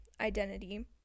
identity